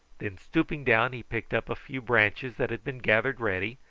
then stooping down he picked up a few branches that had been gathered ready,